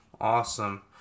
Awesome